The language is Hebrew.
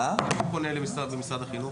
למי היא פונה למשרד החינוך?